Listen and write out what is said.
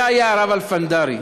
זה היה הרב אלפנדרי.